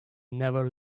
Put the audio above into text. never